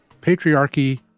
patriarchy